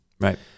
right